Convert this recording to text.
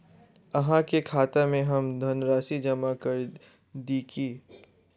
अहाँ के खाता में हम धनराशि जमा करा दिअ की?